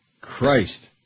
Christ